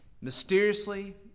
Mysteriously